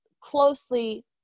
closely